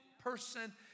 person